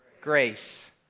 Grace